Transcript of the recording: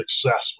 successful